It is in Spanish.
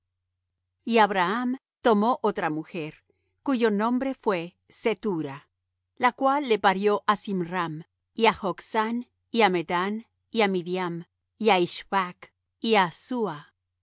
y abraham tomó otra mujer cuyo nombre fué cetura la cual le parió á zimram y á joksan y á medan y á midiam y á ishbak y á